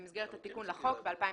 במסגרת התיקון לחוק ב-2013,